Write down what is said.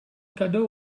cadeau